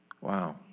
Wow